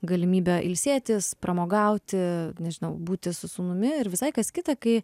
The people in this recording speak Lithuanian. galimybę ilsėtis pramogauti nežinau būti su sūnumi ir visai kas kita kai